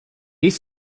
east